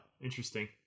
Interesting